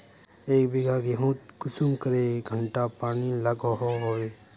एक बिगहा गेँहूत कुंसम करे घंटा पानी लागोहो होबे?